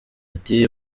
ati